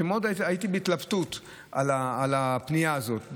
והייתי מאוד בהתלבטות על הפנייה הזאת,